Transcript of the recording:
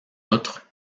outre